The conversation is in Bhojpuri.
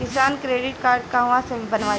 किसान क्रडिट कार्ड कहवा से बनवाई?